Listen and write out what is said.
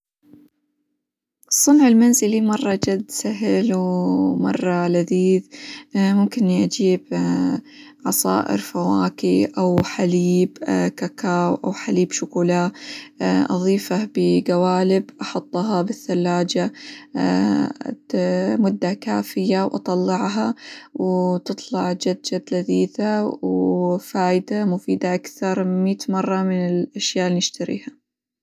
الصنع المنزلي مرة جد سهل، ومرة لذيذ، ممكن إني أجيب عصائر، فواكه، أو حليب كاكاو، أو حليب شوكولاه.، أظيفه بقوالب، أحطها بالثلاجة مدة كافية، وأطلعها، وتطلع جد جد لذيذة، وفايدة، مفيدة أكثر مية مرة من الأشياء اللي نشتريها.